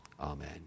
amen